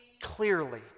clearly